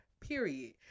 period